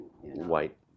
white